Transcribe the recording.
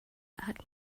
act